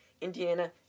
Indiana